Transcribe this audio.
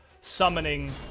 summoning